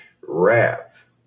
Wrath